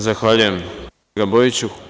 Zahvaljujem, kolega Bojiću.